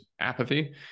apathy